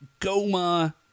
Goma